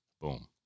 boom